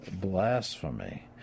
blasphemy